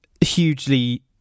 hugely